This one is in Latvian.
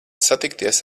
satikties